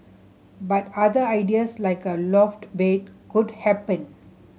but other ideas like a loft bed could happen